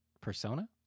Persona